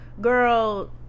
girl